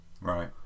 Right